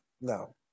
no